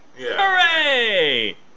Hooray